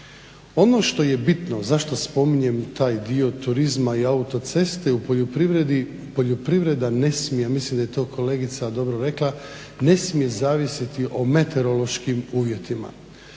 Ono što je bitno zašto spominjem taj dio turizma i autoceste u poljoprivredi, poljoprivreda ne smije, mislim da je to kolegica dobro rekla, ne smije zavisiti o meteorološkim uvjetima.